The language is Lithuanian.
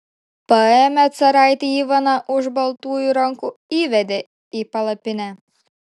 paėmė caraitį ivaną už baltųjų rankų įvedė į palapinę